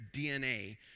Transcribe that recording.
DNA